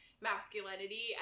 masculinity